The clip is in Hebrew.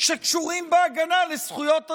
שקשורים להגנה על זכויות אדם.